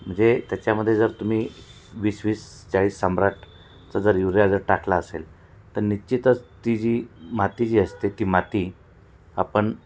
म्हणजे त्याच्यामध्ये जर तुम्ही वीस वीस चाळीस सम्राटचा जर युरिया जर टाकला असेल तर निश्चितच ती जी माती जी असते ती माती आपण